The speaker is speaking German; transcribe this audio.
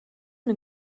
mir